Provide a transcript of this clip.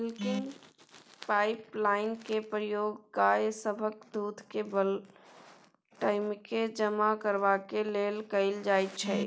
milking पाइपलाइनक प्रयोग गाय सभक दूधकेँ बल्कक टंकीमे जमा करबाक लेल कएल जाइत छै